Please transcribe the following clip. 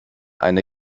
eine